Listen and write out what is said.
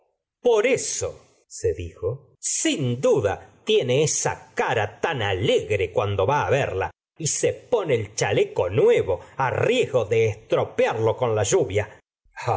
por esose dijosin duda tiene esa cara tan alegre cuando va á verla y se pone el chaleco nuevo á riesgo de estropearlo con la lluvia